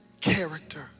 character